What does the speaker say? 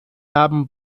haben